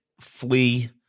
flee